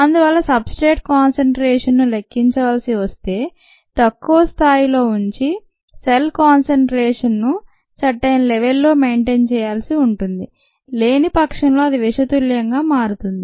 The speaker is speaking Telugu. అందువల్ల సబ్స్ట్రేట్ కాన్సెన్ట్రేషన్ ను లెక్కించాల్సి వస్తే తక్కువ స్థాయిలో ఉంచి సెల్ కాన్సెన్ట్రేషన్ ను సర్టెన్ లెవెల్ లో మెయింటైన్ చేయాల్సి ఉంటుంది లేనిపక్షంలో అది విషతుల్యంగా మారుతుంది